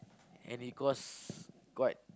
and it cost quite